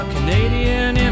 Canadian